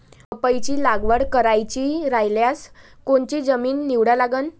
पपईची लागवड करायची रायल्यास कोनची जमीन निवडा लागन?